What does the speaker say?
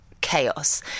chaos